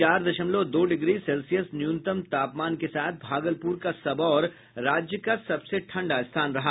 चार दशमलव दो डिग्री सेल्सियस न्यूनतम तापमान के साथ भागलपुर का सबौर राज्य का सबसे ठंडा स्थान रहा